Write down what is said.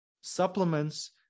supplements